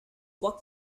what